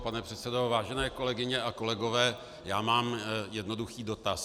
Pane předsedo, vážené kolegyně a kolegové, mám jednoduchý dotaz.